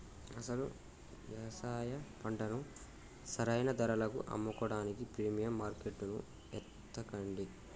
అసలు యవసాయ పంటను సరైన ధరలకు అమ్ముకోడానికి ప్రీమియం మార్కేట్టును ఎతకండి